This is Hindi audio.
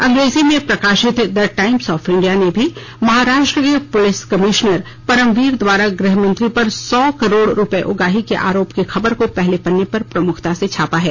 अंग्रेजी में प्रकाशित द टाईम्स ऑफ इंडिया ने भी महाराष्ट्र के पुलिस कमिशनर परमवीर द्वारा गृह मंत्री पर सौ करोड़ रूपये उगाही के आरोप की खबर को पहले पन्ने पर प्रमुखता से छापा है